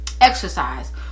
exercise